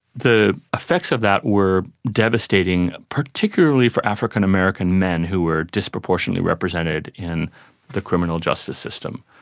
the effects of that were devastating, particularly for african american men who were disproportionately represented in the criminal justice system.